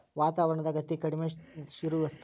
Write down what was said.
ವಾತಾವರಣದಾಗ ಅತೇ ಕಡಮಿ ಇರು ವಸ್ತು